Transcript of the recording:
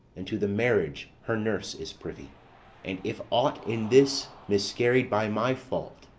and to the marriage her nurse is privy and if aught in this miscarried by my fault,